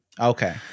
Okay